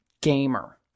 gamer